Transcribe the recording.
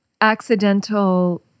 accidental